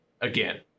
again